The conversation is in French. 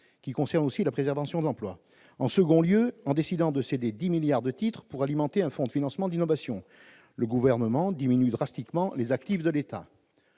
qui concerne aussi la préservation de l'emploi, en second lieu, en décidant de céder 10 milliards de titres pour alimenter un fonds de financement d'innovation, le gouvernement diminue drastiquement les actifs de l'État